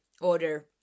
order